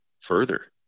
further